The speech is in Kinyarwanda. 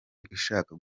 zishaka